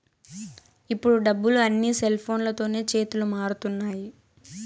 ఇప్పుడు డబ్బులు అన్నీ సెల్ఫోన్లతోనే చేతులు మారుతున్నాయి